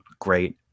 great